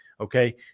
Okay